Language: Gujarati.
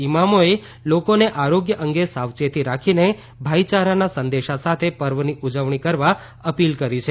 ઇમામોએ લોકોને આરોગ્ય અંગે સાવચેતી રાખીને ભાઇચારાના સંદેશા સાથે પર્વની ઉજવણી કરવા અપીલ કરી છે